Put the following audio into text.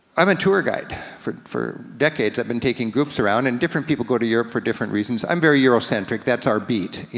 i'm a tour guide. for for decades i've been taking groups around, and different people go to europe for different reasons. i'm very eurocentric, that's our beat.